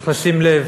צריך לשים לב